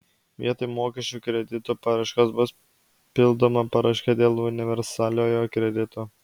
vietoj mokesčių kreditų paraiškos bus pildoma paraiška dėl universaliojo kredito